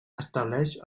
estableix